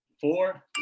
four